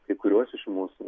kai kuriuos iš mūsų